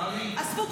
אז יאללה --- עזבו,